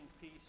peace